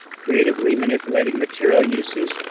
creatively manipulating material uses,